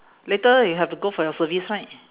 later you have to go for your service right